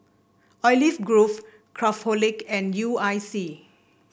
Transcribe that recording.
Olive Grove Craftholic and U I C